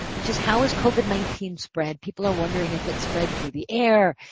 which is how is covid nineteen spread? people are wondering if it's spread through the air,